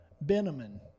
Benjamin